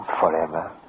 forever